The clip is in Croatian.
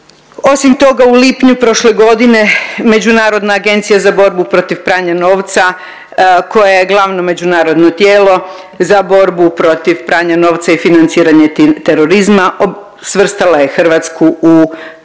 Osim toga u lipnju prošle godine Međunarodna agencija za borbu protiv pranja novaca koja je glavno međunarodno tijelo za borbu protiv pranja novca i financiranje terorizma svrstala je Hrvatsku u tzv.